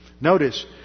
Notice